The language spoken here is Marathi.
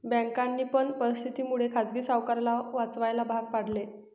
बँकांनी पण परिस्थिती मुळे खाजगी सावकाराला वाचवायला भाग पाडले